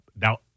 Now